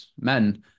men